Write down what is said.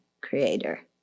creator